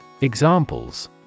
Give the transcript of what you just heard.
Examples